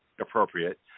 appropriate